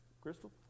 Crystal